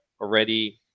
already